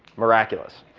miraculous.